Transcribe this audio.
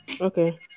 okay